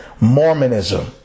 Mormonism